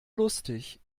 lustig